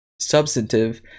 substantive